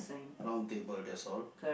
round table that's all